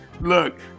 Look